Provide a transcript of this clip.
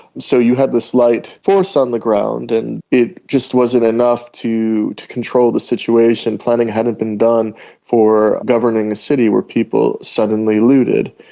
so you had this light force on the ground and it just wasn't enough to to control the situation. planning hadn't been done for governing a city where people suddenly looted.